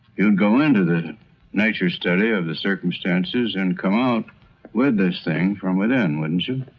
you'd go into the nature study of the circumstances and come out with this thing from within, wouldn't you?